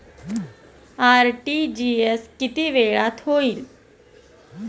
RTGS किती वेळात होईल?